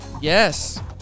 Yes